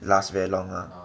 last very long lah